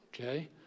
okay